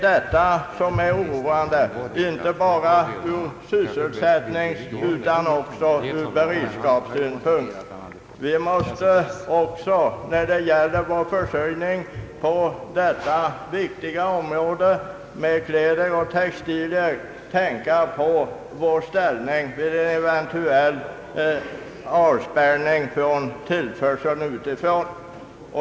Detta är oroande, inte bara från sysselsättningssynpunkt utan också ur beredskapssynpunkt. Också när det gäller vår försörjning med kläder och andra textilier måste vi tänka på följderna av en eventuell avspärrning från tillförsel utifrån.